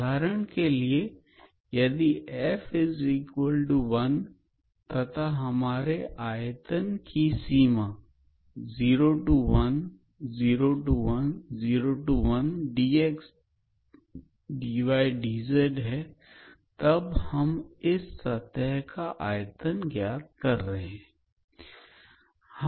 उदाहरण के लिए यदि 𝑓1 तथा हमारे आयतन की सीमा 010101dxdydzहै तब हम इस सतह का आयतन ज्ञात कर रहे हैं